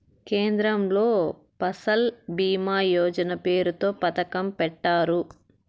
కేంద్రంలో ఫసల్ భీమా యోజన పేరుతో పథకం పెట్టారు